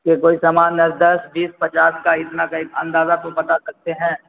کہ کوئی سامان دس بیس پچاس کا اتنا کا اندازہ تو بتا سکتے ہیں